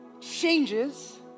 changes